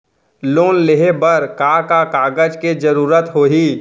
Loan लेहे बर का का कागज के जरूरत होही?